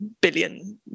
billion